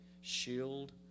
shield